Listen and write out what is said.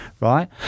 right